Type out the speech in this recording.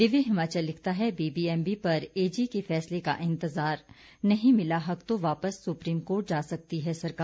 दिव्य हिमाचल लिखता है बीबीएमबी पर एजी के फैसले का इंतजार नहीं मिला हक तो वापस सुप्रीम कोर्ट जा सकती है सरकार